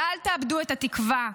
ואל תאבדו את התקווה.